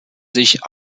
sich